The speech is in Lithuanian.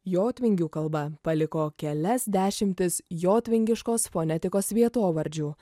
jotvingių kalba paliko kelias dešimtis jotvingiškos fonetikos vietovardžių